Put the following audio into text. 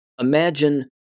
Imagine